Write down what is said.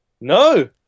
No